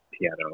piano